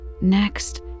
Next